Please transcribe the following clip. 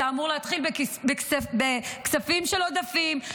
זה אמור להתחיל בכספים של עודפים.